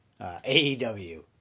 AEW